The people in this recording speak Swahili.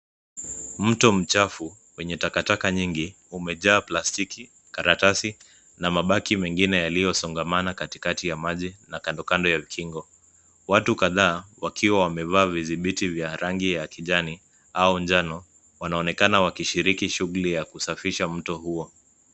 Mto mchafu wenye takataka nyingi umejaa plastiki, karatasi na mabaki mengine yaliyosongamana katikati ya maji na kandokando ya ukingo. Watu kadhaa wakiwa wamevaa vizibiti vya rangi ya kijani au njano, wanaonekana wakishiriki shughuli ya kusafisha mto huo.